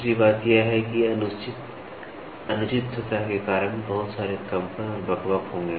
तीसरी बात यह है कि अनुचित सतह के कारण बहुत सारे कंपन और बकबक होंगे